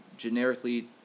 generically